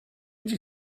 you